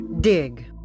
Dig